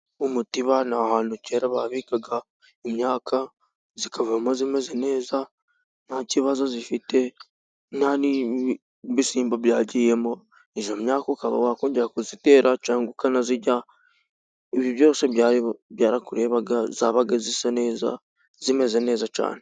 Umutiba ni ahantu kera babikaga imyaka ikavamo imeze neza nta kibazo ifite, nta n'ibisimba byagiyemo. Iyo myaka ukaba wakongera kuyitera cyangwa ukanayirya, ibi byose byarakurebaga, yabaga isa neza, imeze neza cyane.